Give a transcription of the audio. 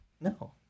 No